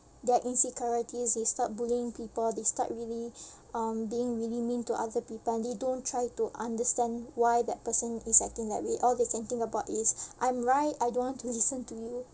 their insecurities they start bullying people they start really um being really mean to other people and they don't try to understand why that person is acting that way all they can think about is I'm right I don't want to listen to you